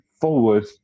forward